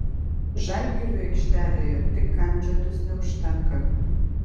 žalgiriui aikštelėje tik kandžiotis neužtenka